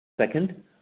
Second